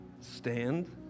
Stand